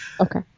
Okay